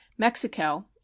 Mexico